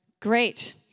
Great